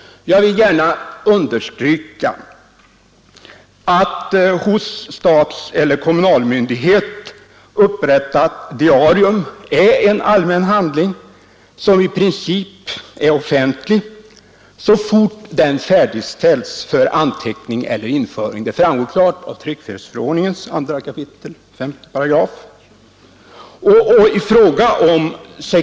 Jag vill gärna understryka att hos stats« = 55552 eller kommunalmyndighet upprättat diarium är en allmän handling, som i — Granskning av statsprincip är offentlig så fort den färdigställts för anteckning eller införing —= ”ådens ämbetsutövdet framgår klart av tryckfrihetsförordningens 2 kap. 5 §. I fråga om ”ingm.m.